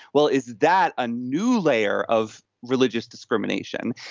well, is that a new layer of religious discrimination?